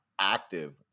active